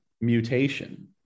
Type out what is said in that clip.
mutation